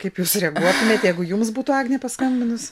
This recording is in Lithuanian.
kaip jūs reaguotumėt jeigu jums būtų agnė paskambinus